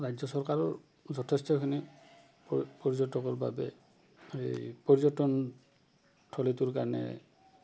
ৰাজ্য চৰকাৰৰ যথেষ্টখিনি পৰ্যটকৰ বাবে এই পৰ্যটন থলীটোৰ কাৰণে